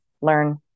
learn